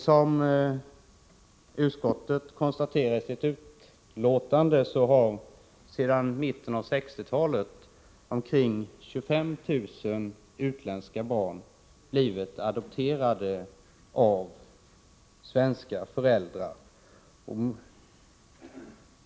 Som utskottet konstaterar i sitt betänkande har sedan mitten av 1960-talet omkring 25 000 utländska barn blivit adopterade av svenska föräldrar.